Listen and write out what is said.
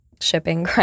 shipping